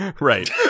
Right